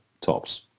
tops